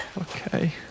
Okay